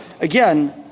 again —